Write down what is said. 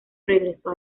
regresó